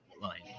line